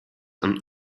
and